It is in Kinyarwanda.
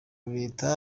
leta